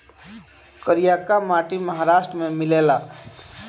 करियाका माटी महाराष्ट्र में मिलेला